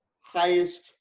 highest